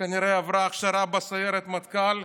כנראה עברה הכשרה בסיירת מטכ"ל,